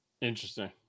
Interesting